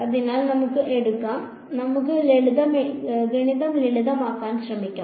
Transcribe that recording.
അതിനാൽ നമുക്ക് എടുക്കാം നമുക്ക് ഗണിതം ലളിതമാക്കാൻ ശ്രമിക്കാം